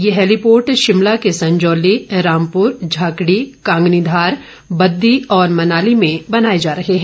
ये हैलीपोर्ट शिमला के संजौली रामपुर झाकड़ी कांगनीधार बददी और मनाली में बनाए जा रहे हैं